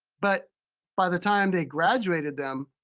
but by the time they graduated them,